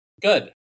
Good